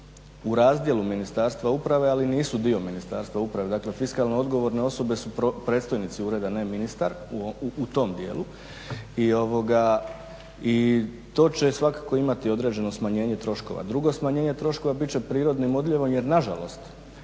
u razdjelu Ministarstva uprave, ali nisu dio Ministarstva uprave, dakle fiskalne odgovorne osobe su predstojnici ureda, ne ministar, u tom djelu i to će svakako imati određeno smanjenje troškova. Drugo smanjenje troškova bit će prirodnim odljevom jer nažalost